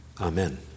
Amen